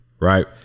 right